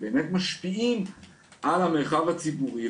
באמת משפיעים על המרחב הציבורי,